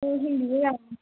ꯑꯣ ꯌꯦꯡꯕꯤꯕ ꯌꯥꯒꯅꯤ